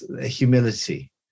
humility